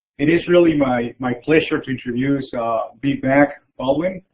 it is really my my pleasure to introduce v. mac baldwin.